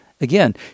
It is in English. Again